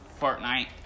Fortnite